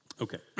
Okay